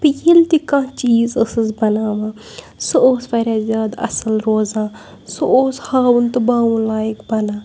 بہٕ ییٚلہِ تہِ کانٛہہ چیٖز ٲسٕس بَناوان سُہ اوٗس واریاہ زیادٕ اصٕل روزان سُہ اوٗس ہاوُن تہٕ باوُن لایق بَنان